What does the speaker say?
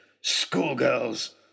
schoolgirls